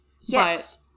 Yes